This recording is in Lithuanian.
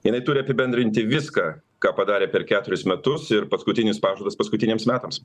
jinai turi apibendrinti viską ką padarė per keturis metus ir paskutinis pažadas paskutiniems metams